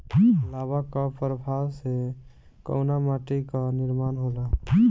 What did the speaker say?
लावा क प्रवाह से कउना माटी क निर्माण होला?